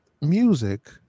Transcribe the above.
music